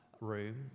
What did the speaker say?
room